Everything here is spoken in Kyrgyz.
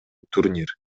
турнир